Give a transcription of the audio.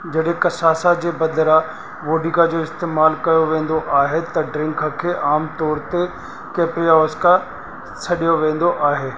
जॾहिं कशासा जे बदिरां वोडिका जो इस्तेमालु कयो वेंदो आहे त ड्रिंक खे आमतौरु ते कैप्रिओस्का सॾियो वेंदो आहे